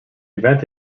event